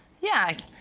yeah,